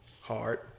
Hard